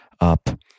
up